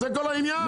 זה כל העניין,